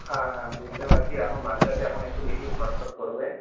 হ্যাঁ হ্যাঁ বুঝতে পারছি এখন বাচ্চাকে এখন একটু বেশি ছটফট করবে